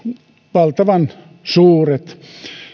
valtavan suuret